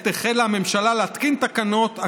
עת החלה הממשלה להתקין תקנות,